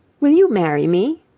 will you marry me?